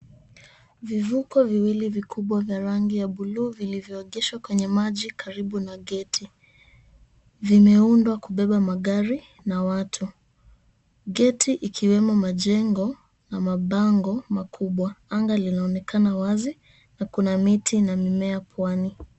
Vivuko viwili vikubwa vya rangi ya buluu vilivoegeshwa kwenye maji karibu na geti. Vimeundwa kubeba magari na watu. Geti ikiwemo majengo na mabango makubwa. Anga linaonekana wazi na kuna miti na mimea pwani.